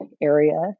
area